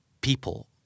people